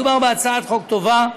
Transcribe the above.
מדובר בהצעת חוק טובה,